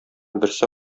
берсе